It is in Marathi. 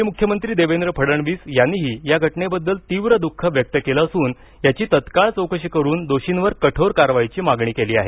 माजी मुख्यमंत्री देवेंद्र फडणवीस यांनीही या घटनेबद्दल तीव्र दुःख व्यक्त केलं असून याची तत्काळ चौकशी करून दोषींवर कठोर कारवाईची मागणी केली आहे